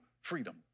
freedom